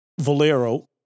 Valero